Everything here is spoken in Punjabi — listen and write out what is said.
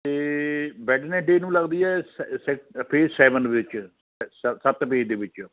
ਅਤੇ ਵੈਡਨਸਡੇ ਨੂੰ ਲੱਗਦੀ ਹੈ ਸੈ ਸੈਕ ਫੇਸ ਸੈਵਨ ਵਿੱਚ ਸੱਤ ਫੇਸ ਦੇ ਵਿੱਚ